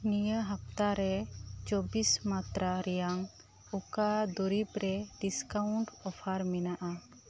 ᱱᱤᱭᱟᱹ ᱦᱟᱯᱛᱟ ᱨᱮ ᱪᱚᱵᱽᱵᱤᱥ ᱢᱟᱛᱛᱨᱟ ᱨᱮᱭᱟᱜ ᱚᱠᱟ ᱫᱩᱨᱤᱵᱽ ᱨᱮ ᱰᱤᱥᱠᱟᱣᱩᱱᱴ ᱚᱯᱷᱟᱨ ᱢᱮᱱᱟᱜᱼᱟ